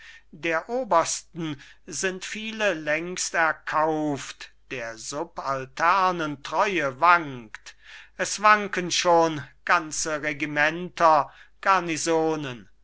der obersten sind viele längst erkauft der subalternen treue wankt es wanken schon ganze regimenter